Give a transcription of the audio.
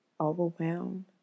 overwhelmed